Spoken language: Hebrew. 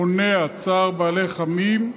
המונע צער בעלי חיים,